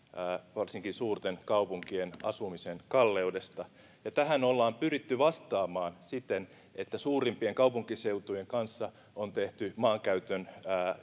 varsinkin suurten kaupunkien asumisen kalleudesta tähän ollaan pyritty vastaamaan siten että suurimpien kaupunkiseutujen kanssa on tehty maankäytön